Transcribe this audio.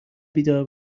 بیدار